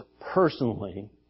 personally